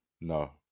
no